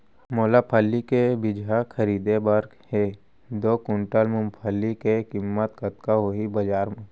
मोला फल्ली के बीजहा खरीदे बर हे दो कुंटल मूंगफली के किम्मत कतका होही बजार म?